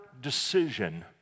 decision